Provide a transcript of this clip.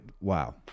wow